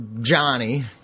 Johnny